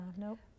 nope